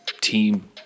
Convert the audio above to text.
team